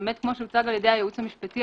כפי שהוצג על-ידי הייעוץ המשפטי,